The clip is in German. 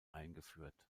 eingeführt